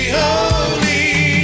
holy